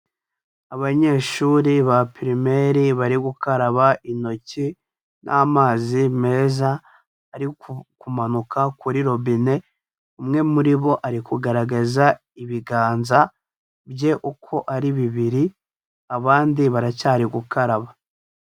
Abanyeshuri ba Primaire bari gukaraba intoki n'amazi meza ari kumanuka kuri robine, umwe muri bo ari kugaragaza ibiganza bye uko ari bibiri, abandi baracyari gukaraba.